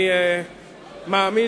אני מאמין